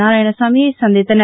நாராயணசாமியை சந்தித்தனர்